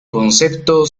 concepto